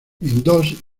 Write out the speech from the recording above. dos